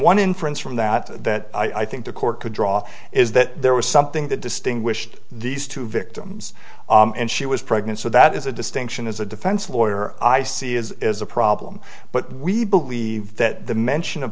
one inference from that that i think the court could draw is that there was something that distinguished these two victims and she was pregnant so that is a distinction as a defense lawyer i see is a problem but we believe that the mention of